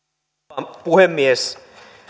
arvoisa rouva puhemies